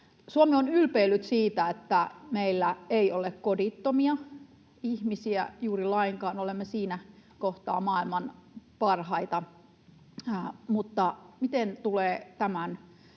Suomi on ylpeillyt siitä, että meillä ei ole kodittomia ihmisiä juuri lainkaan — olemme siinä kohtaa maailman parhaita — mutta miten tulee tämän